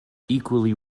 equally